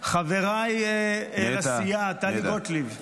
--- חבריי לסיעה, טלי גוטליב.